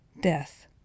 Death